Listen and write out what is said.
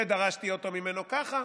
זה דרשתי ממנו ככה.